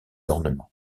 ornements